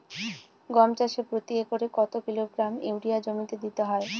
গম চাষে প্রতি একরে কত কিলোগ্রাম ইউরিয়া জমিতে দিতে হয়?